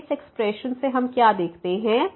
तो इस एक्सप्रेशन से हम क्या देखते हैं